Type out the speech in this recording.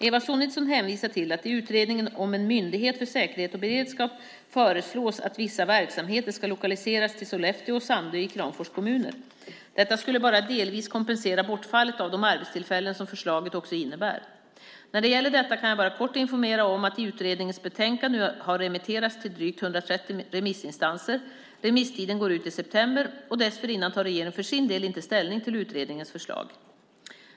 Eva Sonidsson hänvisar till att det i utredningen om en myndighet för säkerhet och beredskap föreslås att vissa verksamheter ska lokaliseras till Sollefteå och Sandö i Kramfors kommun. Detta skulle bara delvis kompensera bortfallet av de arbetstillfällen som förslaget också innebär. När det gäller detta kan jag bara kort informera om att utredningens betänkande nu har remitterats till drygt 130 remissinstanser. Remisstiden går ut i september. Dessförinnan tar regeringen för sin del inte ställning till utredningens förslag.